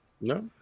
No